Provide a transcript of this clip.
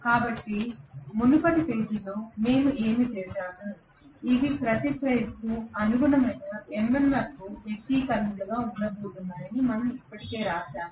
కాబట్టి మునుపటి పేజీలో మేము ఏమి చేసాము ఇవి ప్రతి ఫేజ్కు అనుగుణమైన MMF వ్యక్తీకరణలుగా ఉండబోతున్నాయని మనం ఇప్పటికే వ్రాసాము